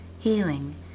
healing